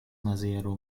maziero